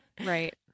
Right